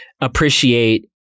appreciate